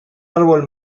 árbol